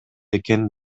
экен